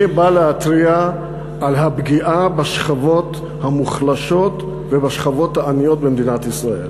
אני בא להתריע על הפגיעה בשכבות המוחלשות ובשכבות העניות במדינת ישראל.